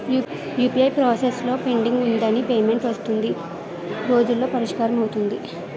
UPI process లో వుందిపెండింగ్ payment వస్తుంది ఎన్ని రోజుల్లో పరిష్కారం అవుతుంది